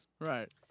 Right